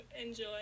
enjoy